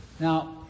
Now